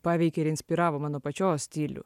paveikė ir inspiravo mano pačios stilių